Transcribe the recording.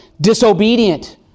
disobedient